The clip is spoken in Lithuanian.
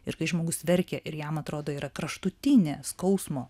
ir kai žmogus verkia ir jam atrodo yra kraštutinė skausmo